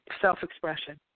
self-expression